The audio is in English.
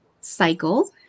cycle